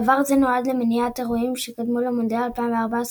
דבר זה נועד למניעת האירועים שקדמו למונדיאל 2014,